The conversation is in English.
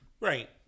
right